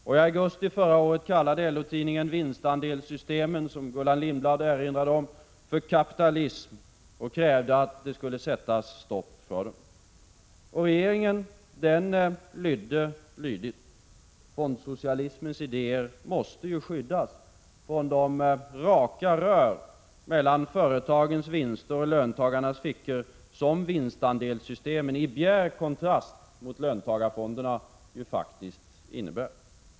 I augusti förra året kallade LO-Tidningen vinstandelssystemen för ”kapitalism”, som Gullan Lindblad erinrade om, och krävde att det skulle sättas stopp för dem. Och regeringen lydde lydigt. Fondsocialismens idéer måste ju skyddas från de ”raka rör” mellan företagens vinster och löntagarnas fickor som vinstandelssystemen — i bjärt kontrast mot löntagarfonderna — innebar.